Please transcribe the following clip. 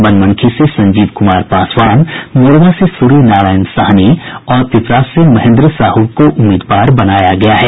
बनमनखी से संजीव कुमार पासवान मोरवा से सूर्य नारायण सहनी और पिपरा से महेन्द्र साहु को उम्मीदवार बनाया गया है